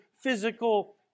physical